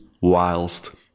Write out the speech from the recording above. whilst